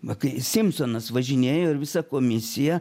va kai simsonas važinėjo ir visa komisija